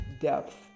depth